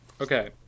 Okay